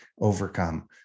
overcome